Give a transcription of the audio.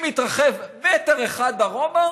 אם תתרחב מטר אחד דרומה,